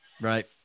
Right